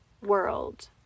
world